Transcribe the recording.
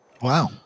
wow